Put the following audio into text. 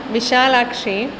विशालाक्षी